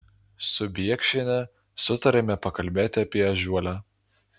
su biekšiene sutarėme pakalbėti apie ežiuolę